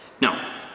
Now